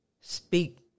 speak